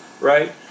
right